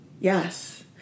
Yes